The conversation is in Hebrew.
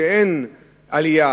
שאין עלייה,